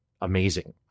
amazing